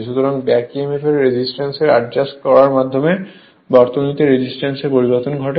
সুতরাং back Emf এর resistance adjust করার মাধ্যমে বর্তনীতে রেজিস্ট্যান্স এর পরিবর্তন ঘটে